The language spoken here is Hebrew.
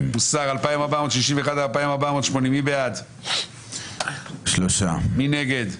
3 בעד, 8 נגד,